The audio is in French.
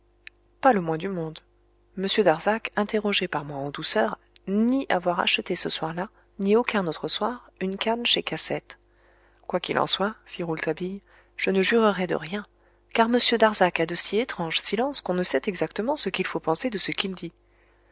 pas le moins du monde m darzac interrogé par moi en douceur nie avoir acheté ce soir-là ni aucun autre soir une canne chez cassette quoi qu'il en soit fit rouletabille je ne jurerais de rien car m darzac a de si étranges silences qu'on ne sait exactement ce qu'il faut penser de ce qu'il dit